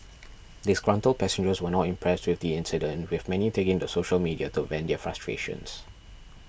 disgruntled passengers were not impressed with the incident with many taking to social media to vent their frustrations